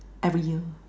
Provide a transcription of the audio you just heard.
every year